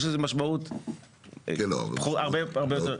יש לזה משמעות הרבה יותר קטנה.